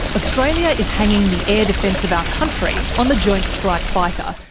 australia is hanging the air defence of our country on the joint strike fighter,